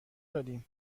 دادیدن